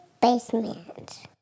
basement